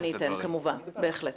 אני אתן כמובן, בהחלט.